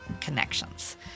connections